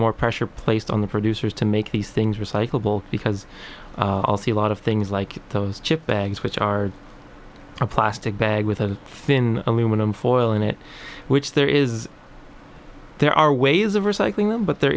more pressure placed on the producers to make these things recyclable because i'll see a lot of things like those chip bags which are a plastic bag with a thin aluminum foil in it which there is there are ways of recycling them but there